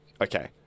Okay